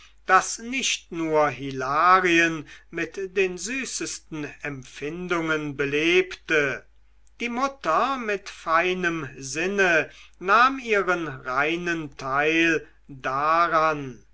das nicht nur hilarien mit den süßesten empfindungen belebte die mutter mit feinem sinne nahm ihren reinen teil daran